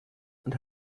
and